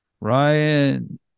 Ryan